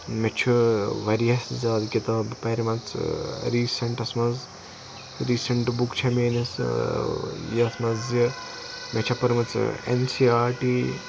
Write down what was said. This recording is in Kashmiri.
مےٚ چھُ واریاہ زیادٕ کِتابہٕ پَرِمَژٕ ریٖسیٚنٹَس مَنٛز ریٖسنٹ بُک چھِ میٲنِس یَتھ مَنٛز زِ مےٚ چھِ پٔرمٕژ ایٚن سی آر ٹی